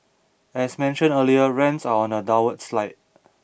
as mentioned earlier rents are on a downward slide